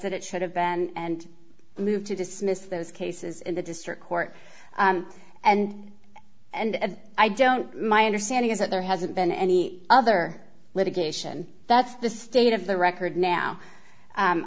that it should have been and moved to dismiss those cases in the district court and and i don't my understanding is that there hasn't been any other litigation that's the state of the record now